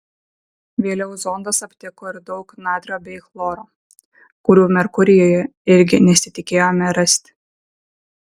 vėliau zondas aptiko ir daug natrio bei chloro kurių merkurijuje irgi nesitikėjome rasti